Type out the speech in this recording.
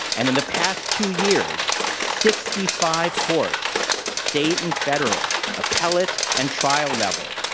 and in the past two years, sixty five courts state and federal, appellate and trial level,